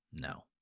no